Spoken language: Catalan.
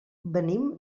venim